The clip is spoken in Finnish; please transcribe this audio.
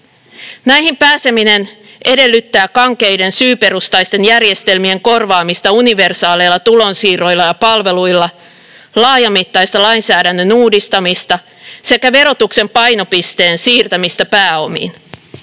Näihin pääseminen edellyttää kankeiden syyperustaisten järjestelmien korvaamista universaaleilla tulonsiirroilla ja palveluilla, laajamittaista lainsäädännön uudistamista sekä verotuksen painopisteen siirtämistä pääomiin.